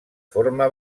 forma